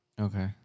Okay